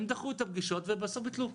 הם דחו את הפגישות ובסוף ביטלו.